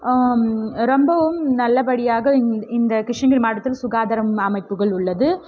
ரொம்பவும் நல்லபடியாக இந் இந்த கிருஷ்ணகிரி மாவட்டத்தில் சுகாதாரம் அமைப்புகள் உள்ளது